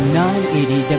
980